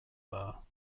war